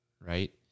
right